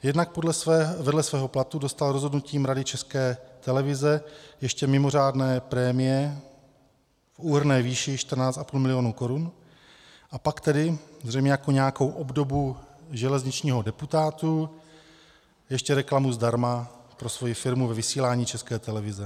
Jednak vedle svého platu dostal rozhodnutím Rady České televize ještě mimořádné prémie v úhrnné výši 14,5 milionu korun, a pak tedy, zřejmě jako nějakou obdobu železničního deputátu, ještě reklamu zdarma pro svoji firmu ve vysílání České televize.